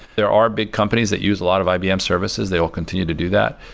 there are big companies that use a lot of ibm services. they will continue to do that,